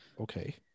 Okay